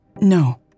No